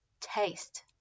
taste